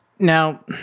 Now